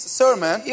sermon